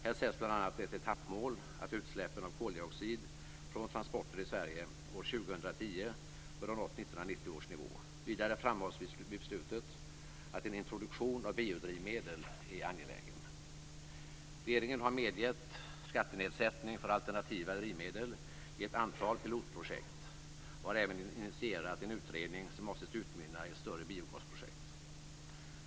Här sätts bl.a. ett etappmål att utsläppen av koldioxid från transporter i Sverige år 2010 bör ha nått 1990 års nivå. Vidare framhålls i beslutet att en introduktion av biodrivmedel är angelägen. Regeringen har medgett skattenedsättning för alternativa drivmedel i ett antal pilotprojekt och har även initierat en utredning som avses att utmynna i större biogasprojekt.